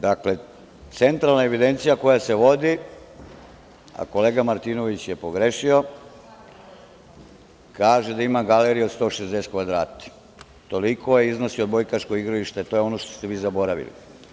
Dakle, Centralna evidencija koja se vodi, a kolega Martinović je pogrešio, kaže da ima galeriju od 160 kvadrata, toliko iznosi odbojkaško igralište, to je ono što ste vi zaboravili.